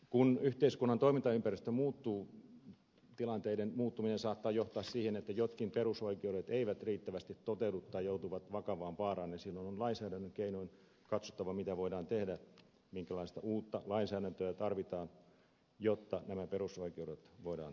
kun yhteiskunnan toimintaympäristö muuttuu tilanteiden muuttuminen saattaa johtaa siihen että jotkin perusoikeudet eivät riittävästi toteudu tai joutuvat vakavaan vaaraan ja silloin on lainsäädännön keinoin katsottava mitä voidaan tehdä minkälaista uutta lainsäädäntöä tarvitaan jotta nämä perusoikeudet voidaan turvata